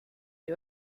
die